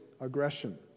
aggression